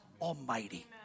Almighty